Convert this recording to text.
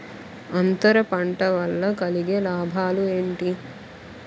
అంతర పంట వల్ల కలిగే లాభాలు ఏంటి